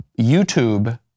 YouTube